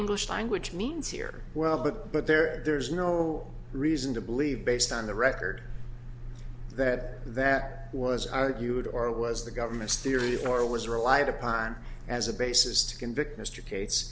english language means here well but but there is no reason to believe based on the record that that was argued or it was the government's theory or was relied upon as a basis to convict mr cates